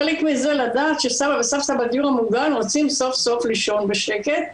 חלק מזה הוא לדעת שסבא וסבתא בדיור המוגן רוצים סוף-סוף לישון בשקט,